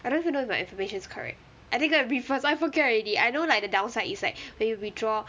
I don't even know if my information is correct I need to go and read first I forget already I know like the downside is like when you withdraw